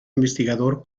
investigador